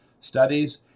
studies